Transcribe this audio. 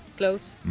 close,